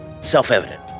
self-evident